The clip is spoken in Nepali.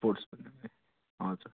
स्पोर्ट्स हजुर